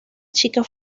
chica